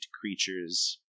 creatures